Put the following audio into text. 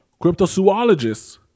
Cryptozoologists